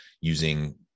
using